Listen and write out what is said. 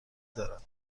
دارم